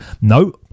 no